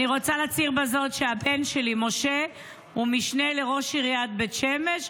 אני רוצה להצהיר בזאת שהבן שלי משה הוא משנה לראש עיריית בית שמש.